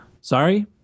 sorry